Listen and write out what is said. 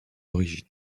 origine